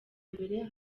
mbere